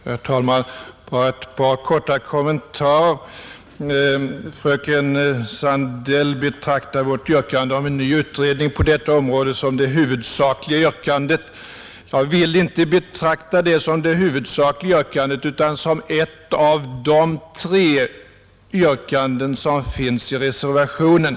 Herr talman! Bara ett par korta kommentarer. Fröken Sandell betraktar vårt yrkande om en ny utredning på detta område som det huvudsakliga yrkandet. Jag vill inte se det så, Det är ett av de tre yrkanden som finns i reservationen.